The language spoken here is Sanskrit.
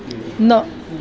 न